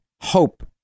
hope